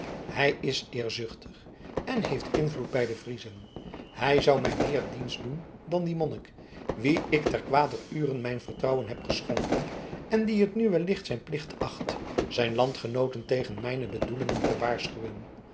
hij is eerzuchtig en heeft invloed bij de friezen hij zou mij meer dienst doen dan die monnik wien ik ter kwader ure mijn vertrouwen heb geschonken en die het nu wellicht zijn plicht acht zijn landgenooten tegen mijne bedoelingen te waarschuwen